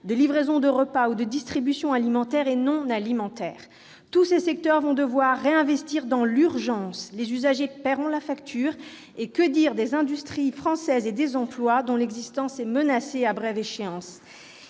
de livraison de repas ou de distribution alimentaire et non alimentaire. Tous ces secteurs vont devoir réinvestir dans l'urgence. Les usagers paieront la facture, et que dire des industries françaises et des emplois dont l'existence est menacée à brève échéance ?